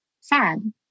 sad